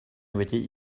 wedi